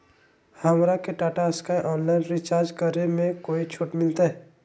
हमरा के Tata Sky online recharge करे में कोई छूट मिलतई